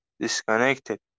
disconnected